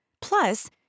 Plus